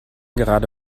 gerade